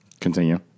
Continue